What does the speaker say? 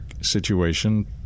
situation